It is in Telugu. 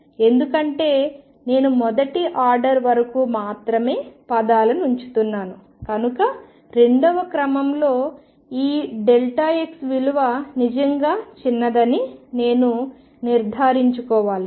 ఎందుకంటే నేను మొదటి ఆర్డర్ వరకు మాత్రమే పదాలను ఉంచుతున్నాను కనుక రెండవ క్రమంలో ఈ x విలువ నిజంగా చిన్నదని నేను నిర్ధారించుకోవాలి